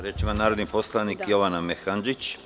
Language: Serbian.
Reč ima narodni poslanik Jovana Mehandžić.